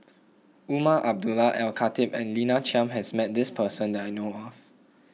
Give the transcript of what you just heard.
Umar Abdullah Al Khatib and Lina Chiam has met this person that I know of